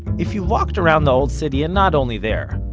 if you've walked around the old city, and not only there,